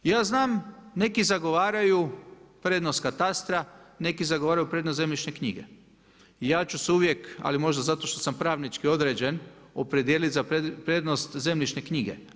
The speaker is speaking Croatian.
Ja znam, neki zagovaraju prednost katastra, neki zagovaraju prednost zemljišne knjige i ja ću se uvijek, ali možda zato što sam pravnički određen, opredijeliti za prednost zemljišne knjige.